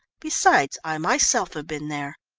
besides, i myself have been there.